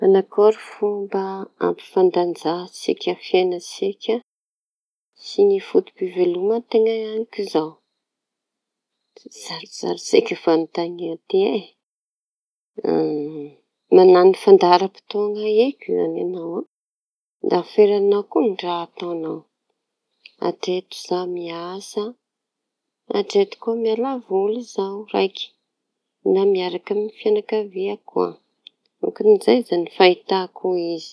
Manakory fomba hampifandanja sika fianan-tsika sy ny fotom-pivelomana teña. Sarosarotsy eky fanontania ty e! Manano fandaharam-potoana eky añao an, da ferañao koa raha ataonao: atreto za miasa atreto koa miala voly zaho raiky na miaraky amin'ny fianakaviako ao ôkan'izay izañy fahitako izy.